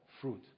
fruit